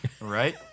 Right